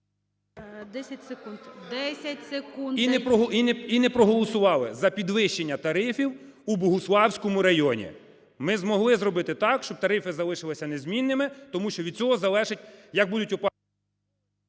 Г.Г. …і не проголосували за підвищення тарифів у Богуславському районі. Ми змоги зробити так, щоб тарифи залишилися незмінними, тому що від цього залежить, як будуть … (Оплески)